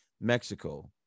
mexico